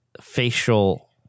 facial